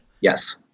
yes